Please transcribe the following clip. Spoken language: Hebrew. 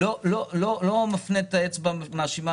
לא מפנה אצבע מאשימה,